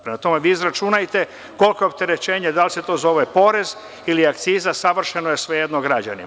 Prema tome, vi izračunajte kolika opterećenja, dal se to zove porez, ili akciza, savršeno je svejedno građanima.